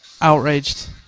Outraged